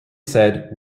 said